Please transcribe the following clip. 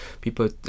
people